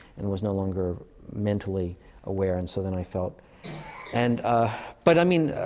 and was no longer mentally aware. and so then i felt and but i mean,